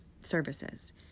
services